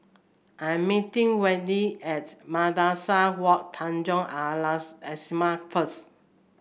I'm meeting Wendi at Madrasah Wak Tanjong Al Islamiah first